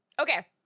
okay